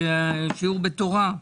שיעור בתורה.